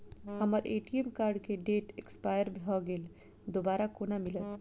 हम्मर ATM card केँ date expire भऽ गेल दोबारा कोना मिलत?